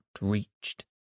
reached